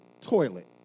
toilet